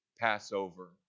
Passover